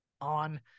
on